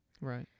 Right